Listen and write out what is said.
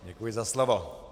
Děkuji za slovo.